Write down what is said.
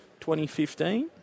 2015